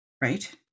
right